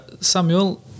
Samuel